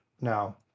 No